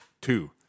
two